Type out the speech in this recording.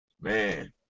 man